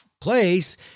place